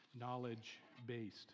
knowledge-based